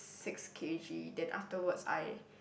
six K_G then afterwards I